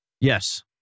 Yes